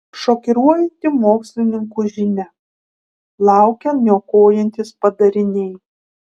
šokiruojanti mokslininkų žinia laukia niokojantys padariniai